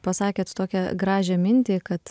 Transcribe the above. pasakėt tokią gražią mintį kad